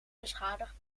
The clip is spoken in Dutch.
beschadigd